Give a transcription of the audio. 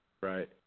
Right